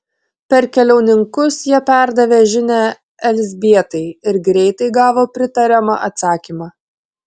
per keliauninkus jie perdavė žinią elzbietai ir greitai gavo pritariamą atsakymą